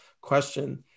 question